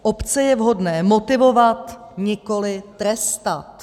Obce je vhodné motivovat, nikoli trestat.